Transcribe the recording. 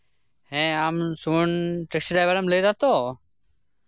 ᱦᱮᱸ ᱟᱢ Sumon taxi driver ᱮᱢ ᱞᱟᱹᱭ ᱮᱫᱟᱛᱚ